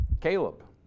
Caleb